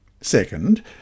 second